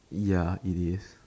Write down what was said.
ya it is